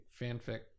fanfic